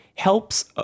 helps